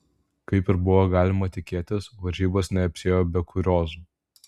kaip ir buvo galima tikėtis varžybos neapsiėjo be kuriozų